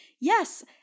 yes